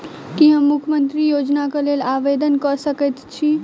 की हम मुख्यमंत्री योजना केँ लेल आवेदन कऽ सकैत छी?